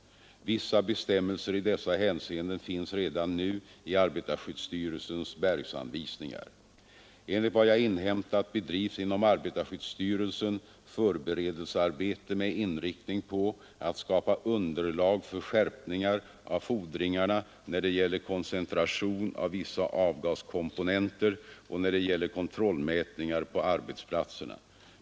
Vissa bestämmelser i dessa hänseenden finns redan nu i arbetarskyddsstyrelsens berganvisningar. Enligt vad jag inhämtat bedrivs inom arbetarskyddsstyrelsen förberedelsearbete med inriktning på att skapa underlag för skärpningar av fordringarna när det gäller koncentration av vissa avgaskomponenter och när det gäller kontrollmätningar på arbetsplatserna.